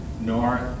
north